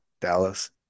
Dallas